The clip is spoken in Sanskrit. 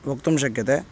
वक्तुं शक्यते